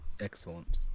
Excellent